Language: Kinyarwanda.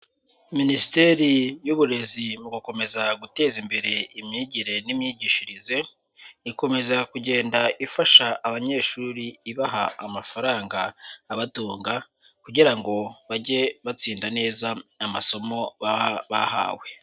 Minisiteri y'Uburezi mu gukomeza guteza imbere imyigire n'imyigishirize, ikomeza kugenda ifasha abanyeshuri ibaha amafaranga abatunga kugira ngo bajye batsinda neza amasomo baba bahawe.